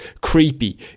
creepy